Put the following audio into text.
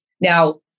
now